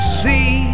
see